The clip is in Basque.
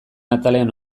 atalean